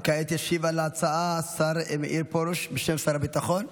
כעת ישיב על ההצעה השר מאיר פרוש, בשם שר הביטחון.